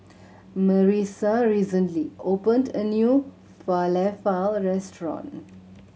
Marissa recently opened a new Falafel Restaurant